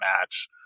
match